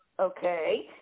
Okay